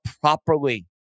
properly